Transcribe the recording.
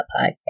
podcast